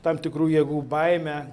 tam tikrų jėgų baimę